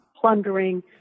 plundering